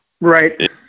Right